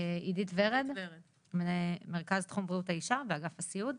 עידית ורד ממרכז תחום בריאות האישה באגף הסיעוד,